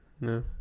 No